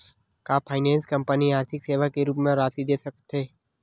का finance company आर्थिक सेवा के रूप म राशि दे सकत हे?